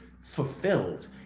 fulfilled